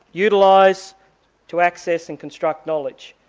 utilise to access and construct knowledge.